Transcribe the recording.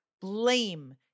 blame